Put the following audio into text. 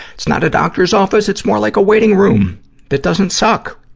it's not a doctor's office. it's more like a waiting room that doesn't suck.